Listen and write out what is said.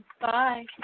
Bye